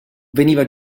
veniva